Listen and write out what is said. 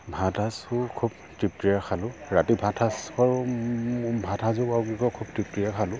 ভাতসাঁজো খুব তৃপ্তিৰে খালোঁ ৰাতি ভাতসাঁজৰ ভাতসাঁজো বাৰু খুব তৃপ্তিৰে খালোঁ